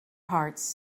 hearts